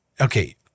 okay